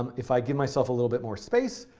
um if i give myself a little bit more space,